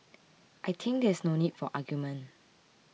I think that there is no need for argument